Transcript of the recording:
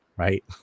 Right